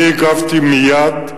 אני הגבתי מייד,